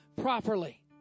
properly